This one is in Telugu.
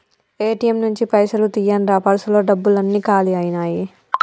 ఏ.టి.యం నుంచి పైసలు తీయండ్రా పర్సులో డబ్బులన్నీ కాలి అయ్యినాయి